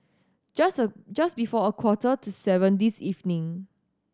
just just before a quarter to seven this evening